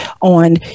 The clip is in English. on